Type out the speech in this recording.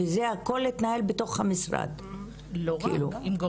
הכל התנהל בתוך המשרד בעיקר?